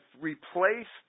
replaced